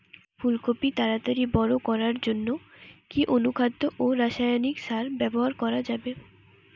ফুল কপি তাড়াতাড়ি বড় করার জন্য কি অনুখাদ্য ও রাসায়নিক সার ব্যবহার করা যাবে?